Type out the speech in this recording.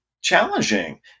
challenging